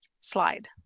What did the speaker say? Slide